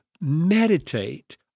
meditate